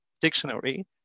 dictionary